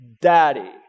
Daddy